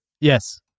Yes